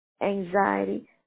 anxiety